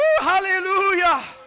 hallelujah